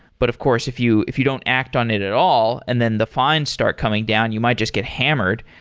but of course if you if you don't act on it at all and then the fine start coming down, you might just get hammered.